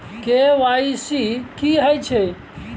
KYC की हय छै?